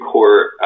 Court